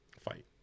fight